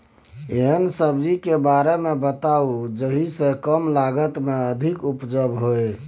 एहन सब्जी के बारे मे बताऊ जाहि सॅ कम लागत मे अधिक उपज होय?